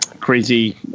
crazy